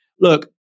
look